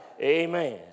Amen